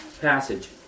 passage